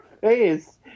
face